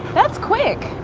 that's quick.